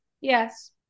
Yes